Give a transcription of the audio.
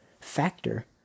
factor